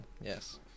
Yes